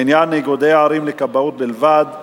לעניין איגודי ערים לכבאות בלבד.